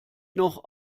noch